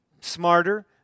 smarter